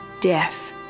death